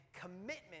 commitment